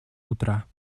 утра